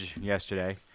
yesterday